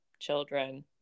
children